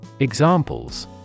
examples